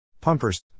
pumpers